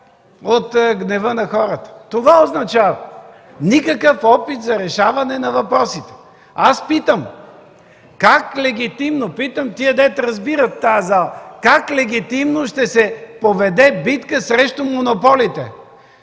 от гнева на хората. Това означава. Никакъв опит за решаване на въпросите! Аз питам – питам тези, дето разбират в тази зала: как легитимно ще се поведе битка срещу монополите?